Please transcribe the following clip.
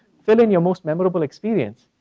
fill in your most memorable experience.